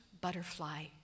butterfly